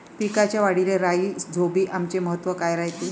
पिकाच्या वाढीले राईझोबीआमचे महत्व काय रायते?